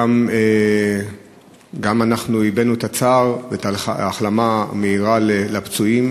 גם אנחנו הבענו צער והחלמה מהירה לפצועים,